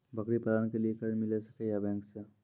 बकरी पालन के लिए कर्ज मिल सके या बैंक से?